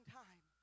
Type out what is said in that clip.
time